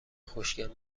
خوشگل